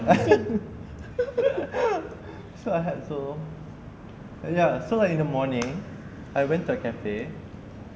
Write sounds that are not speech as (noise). (laughs) so I had so ya so like in the morning I went to a cafe